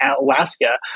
Alaska